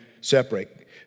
separate